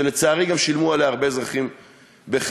שלצערי גם שילמו עליה הרבה אזרחים בחייהם.